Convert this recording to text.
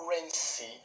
currency